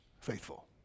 faithful